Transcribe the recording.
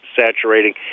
saturating